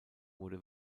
wurde